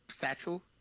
satchel